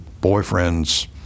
boyfriends